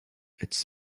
its